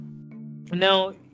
Now